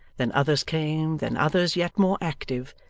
then others came, then others yet more active,